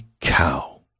cow